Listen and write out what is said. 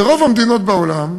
ברוב המדינות בעולם,